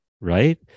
right